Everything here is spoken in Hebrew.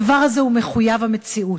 הדבר הזה הוא מחויב המציאות.